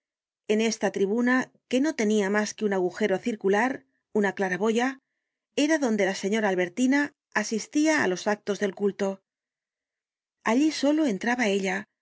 en esta tribuna que no tenia mas que un agujero circular una claraboya era donde la señora albertina asistia á los actos del culto allí solo entraba ella